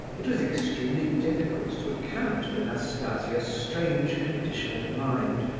it was extremely difficult to account for nastasia's strange condition of mind,